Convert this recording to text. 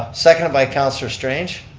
seconded by councilor strange.